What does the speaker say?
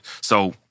So-